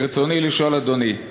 ברצוני לשאול, אדוני: